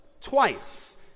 twice